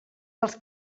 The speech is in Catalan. pels